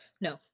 No